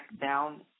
down